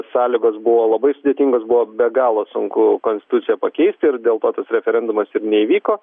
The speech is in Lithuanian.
sąlygos buvo labai sudėtingos buvo be galo sunku konstituciją pakeis ir dėl ko tas referendumas ir neįvyko